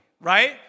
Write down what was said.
right